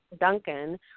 Duncan